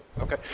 Okay